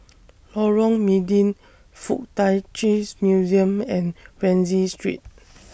Lorong Mydin Fuk Tak Chi's Museum and Rienzi Street